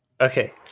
Okay